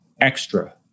extra